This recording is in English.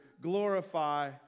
glorify